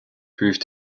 proved